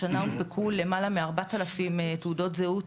השנה הונפקו למעלה מ-4000 תעודות זהות,